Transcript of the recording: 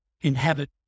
inhabit